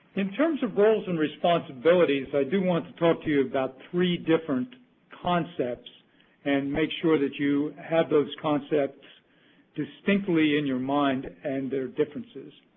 in terms of roles and responsibilities, i do want to talk to you about three different concepts and make sure that you have those concepts distinctly in your mind and their differences.